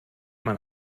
man